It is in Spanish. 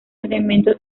elemento